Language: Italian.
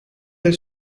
del